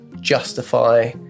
justify